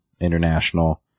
international